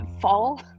fall